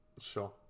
sure